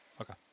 Okay